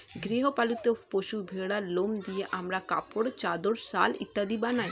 গৃহ পালিত পশু ভেড়ার লোম দিয়ে আমরা কাপড়, চাদর, শাল ইত্যাদি বানাই